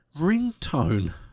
ringtone